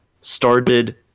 started